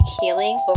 healing